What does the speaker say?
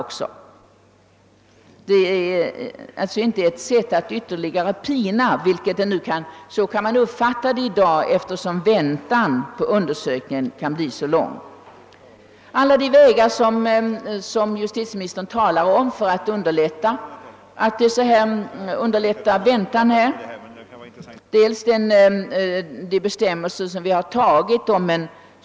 Justitieministern har talat om olika vägar för att underlätta väntetiden. Nya bestämmelser om möjlighet till gemenskap och sysselsättning har införts.